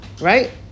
Right